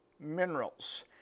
minerals